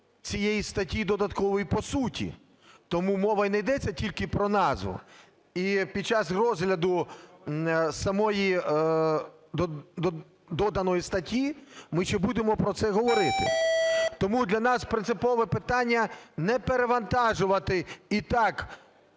цієї статті додаткової по суті, тому мова не йдеться тільки про назву. І під час розгляду самої доданої статті ми ще будемо про це говорити. Тому для нас принципове питання – не перевантажувати і так